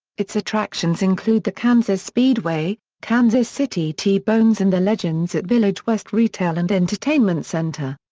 its attractions include the kansas speedway, kansas city t-bones and the legends at village west retail and entertainment center.